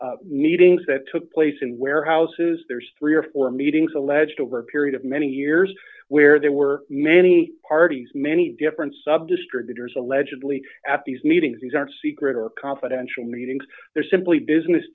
discussions meetings that took place in warehouses there's three or four meetings alleged over a period of many years where there were many parties many different sub distributors allegedly at these meetings these aren't secret or confidential meetings they're simply business